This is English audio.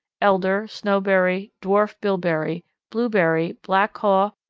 elder, snowberry, dwarf bilberry, blueberry, black haw,